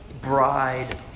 bride